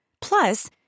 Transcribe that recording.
Plus